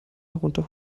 herunter